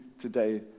today